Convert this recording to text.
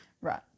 Right